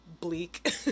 bleak